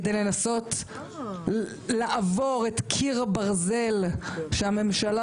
כדי לנסות לעבור את קיר הברזל שהממשלה